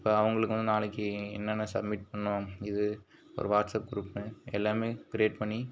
இப்போ அவங்களுக்கும் நாளைக்கு என்னென்ன சப்மிட் பண்ணணும் இது ஒரு வாட்ஸப் குரூப்பு எல்லாமே கிரியேட் பண்ணி